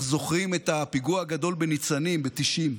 זוכרים את הפיגוע הגדול בניצנים ב-1990,